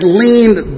leaned